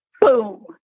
boom